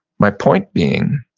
my point being,